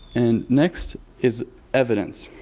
and next is evidence.